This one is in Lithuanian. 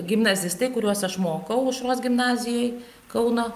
gimnazistai kuriuos aš mokau aušros gimnazijoj kauno